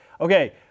Okay